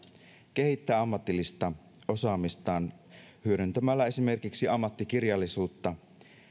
kehittää ammatillista osaamistaan hyödyntämällä esimerkiksi ammattikirjallisuutta